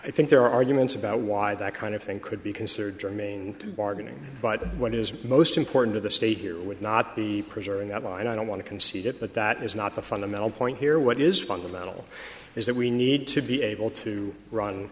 i think there are arguments about why that kind of thing could be considered germane to bargaining but what is most important to the state here would not be preserving that line i don't want to concede it but that is not the fundamental point here what is fundamental is that we need to be able to run